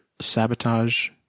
sabotage